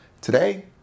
Today